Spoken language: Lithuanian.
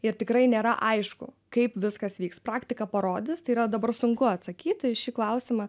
ir tikrai nėra aišku kaip viskas vyks praktika parodys tai yra dabar sunku atsakyti į šį klausimą